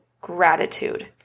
gratitude